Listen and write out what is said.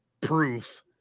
proof